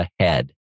ahead